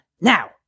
Now